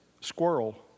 squirrel